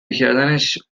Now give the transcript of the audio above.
کردنش